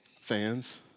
fans